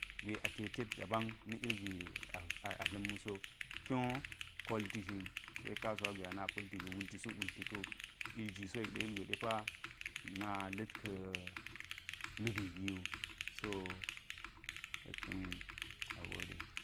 Gwe a teted dabam na ilgwe a dla̱m wuso kyo kolti zhin se kasuwa gwe ana pa̱lti wu ga̱ wulti suk wulti ka̱wu ilgwisiwo yek ɗe ilgwe depa na la̱k ka̱ lubi giwu so yek ka̱n agode.